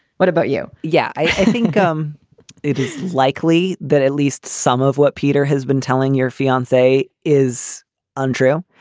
what about you? yeah, i think um it is likely that at least some of what peter has been telling your fiance say is untrue.